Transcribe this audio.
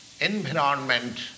environment